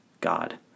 God